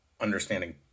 understanding